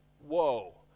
Whoa